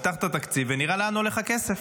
נפתח את התקציב ונראה לאן הולך הכסף,